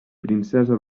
princesa